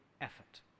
effort